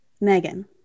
Megan